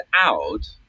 out